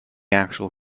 actual